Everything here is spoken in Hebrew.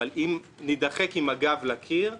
אבל אם נידחק עם הגב לקיר,